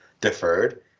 deferred